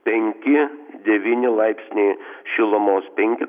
penki devyni laipsniai šilumos penki